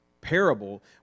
parable